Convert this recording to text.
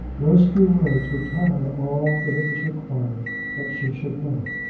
those few words would tell her all that it was required that she should know.